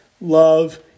love